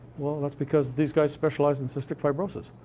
well, that's because these guys specialize in cystic fibrosis.